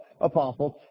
apostles